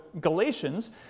Galatians